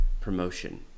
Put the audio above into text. promotion